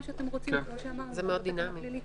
זה מאוד דינמי.